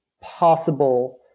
possible